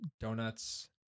donuts